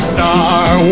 Star